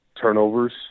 turnovers